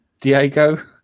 Diego